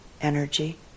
energy